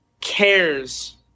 cares